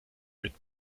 mit